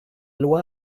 loi